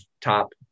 top